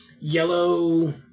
yellow